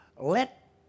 Let